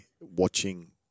watching